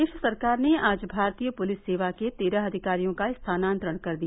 प्रदेश सरकार ने आज भारतीय पुलिस सेवा के तेरह अधिकारियों का स्थानांतरण कर दिया